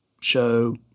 show